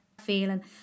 feeling